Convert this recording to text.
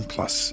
Plus